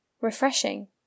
refreshing